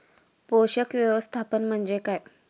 पोषक व्यवस्थापन म्हणजे काय?